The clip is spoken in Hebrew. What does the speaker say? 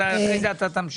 אז אחרי זה אתה תמשיך.